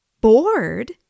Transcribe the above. Bored